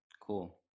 Cool